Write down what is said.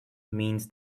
means